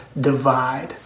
divide